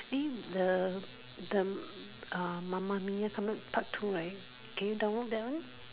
eh the the mamma-mia part two right can you download that one